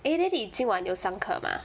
eh then 你今晚有上课吗